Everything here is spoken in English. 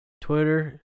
Twitter